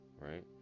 right